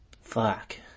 Fuck